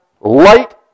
light